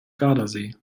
gardasee